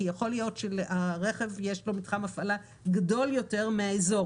יכול להיות שהרכב יש לו מתחם הפעלה גדול יותר מהאזור,